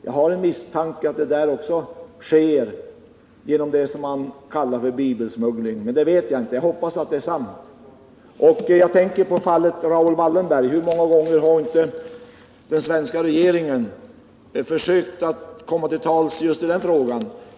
Jag har en misstanke om att också det varit någon form av det som kallas bibelsmuggling, men det vet jag inte. Jag hoppas att det som uppgivits är sant. Jag tänker på fallet Raoul Wallenberg. Hur många gånger har inte den svenska regeringen försökt komma till tals med företrädare för Sovjet just i den frågan?